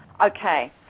okay